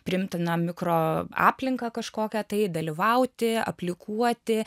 priimtiną mikroaplinką kažkokią tai dalyvauti aplikuoti